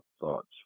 thoughts